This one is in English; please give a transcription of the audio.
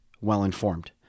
well-informed